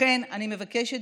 לכן אני מבקשת,